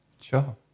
Sure